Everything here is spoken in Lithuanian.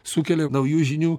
sukelia naujų žinių